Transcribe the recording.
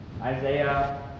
Isaiah